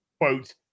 quote